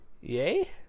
Yay